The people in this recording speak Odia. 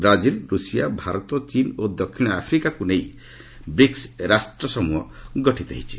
ବ୍ରାଜିଲ୍ ରୁଷିଆ ଭାରତ ଚୀନ୍ ଓ ଦକ୍ଷିଣ ଆଫ୍ରିକାକୁ ନେଇ ବ୍ରକ୍ସ ରାଷ୍ଟ୍ରସମ୍ଭହ ଗଠିତ ହୋଇଛି